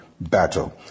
battle